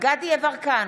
דסטה גדי יברקן,